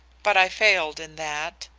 but i failed in that.